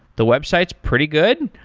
the website is pretty good.